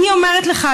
אני אומרת לך,